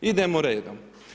Idemo redom.